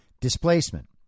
displacement